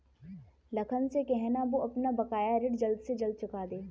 लखन से कहना, वो अपना बकाया ऋण जल्द से जल्द चुका दे